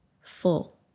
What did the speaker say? full